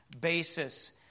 basis